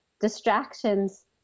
distractions